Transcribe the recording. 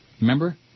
Remember